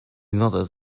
nodded